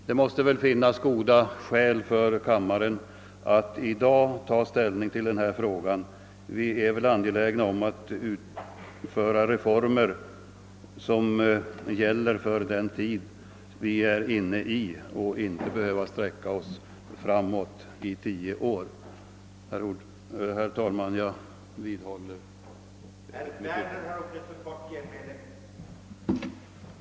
Det måste finnas goda skäl för kammaren att i dag ta ställning till den här frågan. Vi är väl angelägna om att genomföra reformer som gäller den tid vi är inne i och inte sträcka oss tio år framåt i tiden. Herr talman! Jag vidhåller mitt yrkande.